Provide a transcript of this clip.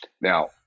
Now